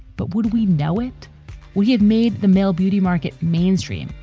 but would we know it? we had made the male beauty market mainstream.